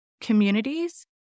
communities